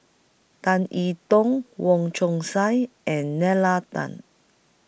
Tan I Tong Wong Chong Sai and Nalla Tan